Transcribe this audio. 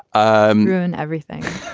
um and everything.